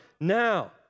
now